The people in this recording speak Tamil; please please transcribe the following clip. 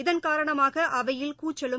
இதன் காரணமாக அவையில் கூச்சலும்